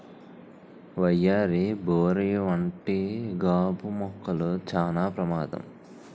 వయ్యారి బోరు వంటి గాబు మొక్కలు చానా ప్రమాదం